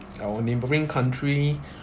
our neighbouring country